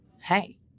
Hey